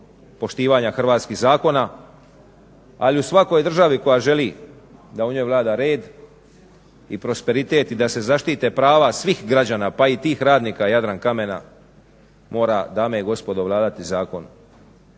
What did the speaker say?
poštivanja hrvatskih zakona. Ali u svakoj državi koja želi da u njoj vlada red i prosperitet i da se zaštite prava svih građana pa i tih radnika Jadrankamena, mora dame i gospodo vladati zakonom.